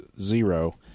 Zero